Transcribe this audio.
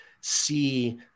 see